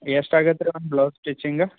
ಎಷ್ಟು ಆಗುತ್ ರೀ ಒಂದು ಬ್ಲೌಸ್ ಸ್ವಿಚಿಂಗ್